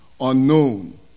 unknown